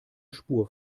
spur